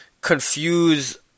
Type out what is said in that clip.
confuse